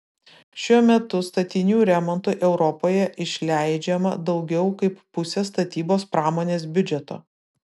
šiuo metu statinių remontui europoje išleidžiama daugiau kaip pusė statybos pramonės biudžeto